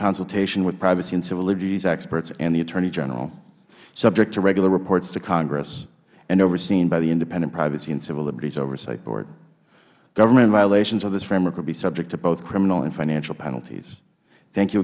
consultation with privacy and civil liberties experts and the attorney general subject to regular reports to congress and overseen by the independent privacy and civil liberties oversight board governmental violations of this framework will be subject to criminal and financial penalties thank you